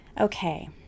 Okay